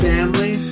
Family